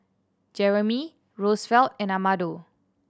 Jeramie Rosevelt and Amado